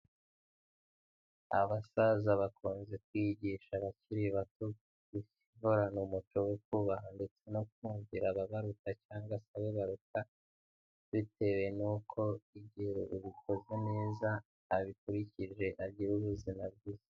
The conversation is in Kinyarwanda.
Abasaza bakunze kwigisha abakiri bato guhorana umuco wo kubaha ndetse no kumvira ababaruta cyangwa se abo baruta, bitewe n'uko igihe ubikoze neza abikurikije agira ubuzima bwiza.